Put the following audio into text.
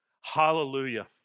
Hallelujah